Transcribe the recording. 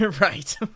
Right